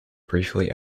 briefly